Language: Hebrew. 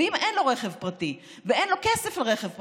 ואם אין לו רכב פרטי ואין לו כסף לרכב פרטי,